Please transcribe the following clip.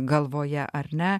galvoje ar ne